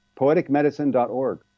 poeticmedicine.org